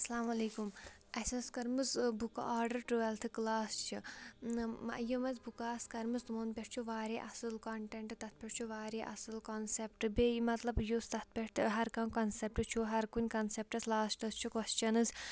اَسَلامُ علیکُم اَسہِ ٲس کٔرمٕژ بُکہٕ آرڈَر ٹُوٮ۪لتھٕ کلاس چہِ یِم اَسہِ بُکہٕ آسہٕ کَرمٕژ تِمَن پٮ۪ٹھ چھُ واریاہ اَصٕل کَنٹٮ۪نٛٹ تَتھ پٮ۪ٹھ چھُ واریاہ اَصٕل کَنسیٚپٹ بیٚیہِ مطلب یُس تَتھ پٮ۪ٹھ ہَر کانٛہہ کَنسیٚپٹ چھُ ہَر کُنہِ کَنسیٚپٹَس لاسٹَس چھُ کۄسچَنٕز